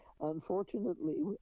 Unfortunately